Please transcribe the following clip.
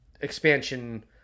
expansion